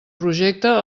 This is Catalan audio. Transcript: projecte